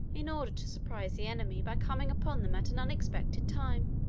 in order to surprise the enemy by coming upon them at an unexpected time.